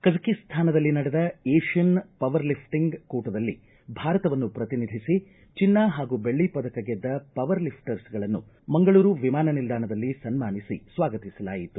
ಕಜಕಿಸ್ತಾನದಲ್ಲಿ ನಡೆದ Asian power lifting ಕೂಟದಲ್ಲಿ ಭಾರತವನ್ನು ಪ್ರತಿನಿಧಿಸಿ ಚನ್ನ ಹಾಗೂ ಬೆಳ್ಳಿ ಪದಕ ಗೆದ್ದ ಪವರ್ ಲಿಫ್ಟರ್ಸ್ಗಳನ್ನು ಮಂಗಳೂರು ವಿಮಾನ ನಿಲ್ದಾಣದಲ್ಲಿ ಸನ್ನಾನಿಸಿ ಸ್ವಾಗತಿಸಲಾಯಿತು